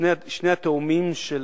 שני התאומים של,